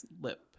lip